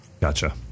Gotcha